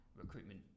recruitment